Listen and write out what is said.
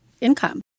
income